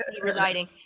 residing